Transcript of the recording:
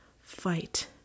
fight